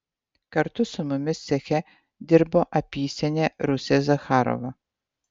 kartu su mumis ceche dirbo apysenė rusė zacharova